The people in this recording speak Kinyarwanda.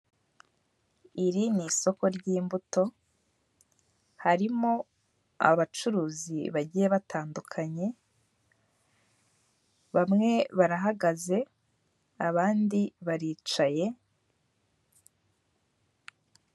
Iri ni isoko ry'imbuto harimo abacuruzi bagiye batandukanye bamwe barahagaze abandi baricaye.